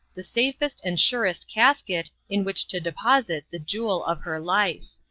the safest and surest casket in which to deposit the jewel of her life.